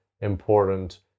important